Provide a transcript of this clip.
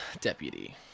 Deputy